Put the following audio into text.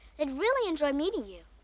they'd really enjoy meeting you.